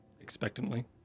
expectantly